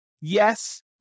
yes